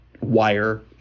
wire